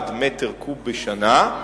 מיליארד מטר קוב בשנה.